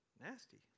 nasty